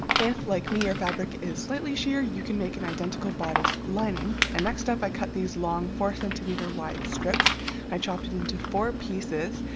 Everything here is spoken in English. if like me your fabric is slightly sheer you can make an identical bodice lining and next up i cut these long four centimeter wide strips i chopped it into four pieces.